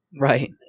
Right